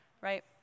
right